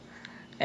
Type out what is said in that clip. !wah!